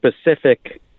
specific